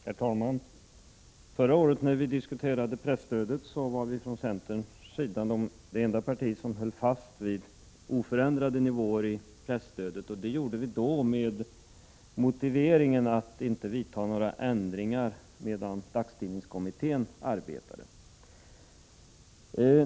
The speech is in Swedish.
Herr talman! När vi förra året diskuterade presstödet var centern det enda parti som höll fast vid oförändrade nivåer inom presstödet. Det gjorde vi då med motiveringen att vi inte skulle införa ändringar medan dagstidningskommittén arbetade.